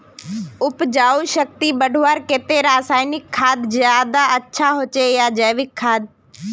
उपजाऊ शक्ति बढ़वार केते रासायनिक खाद ज्यादा अच्छा होचे या जैविक खाद?